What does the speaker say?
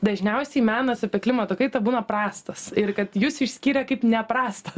dažniausiai menas apie klimato kaitą būna prastas ir kad jūs išskyrė kaip ne prastą